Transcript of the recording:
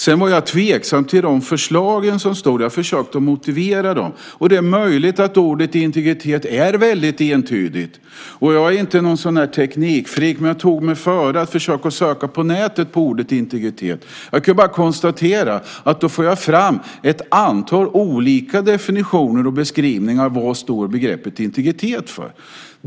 Sedan var jag tveksam till förslagen. Jag försökte att motivera dem. Det är möjligt att ordet "integritet" är väldigt entydigt. Nu är jag ingen teknik freak , men jag tog mig före att söka på ordet "integritet" på nätet. Då fick jag fram ett antal olika definitioner och beskrivningar av vad begreppet står för.